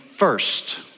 First